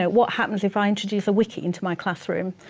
what happens if i introduce a wiki into my classroom?